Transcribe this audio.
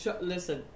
listen